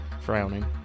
frowning